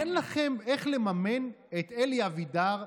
אין לכם איך לממן את אלי אבידר,